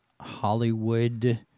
Hollywood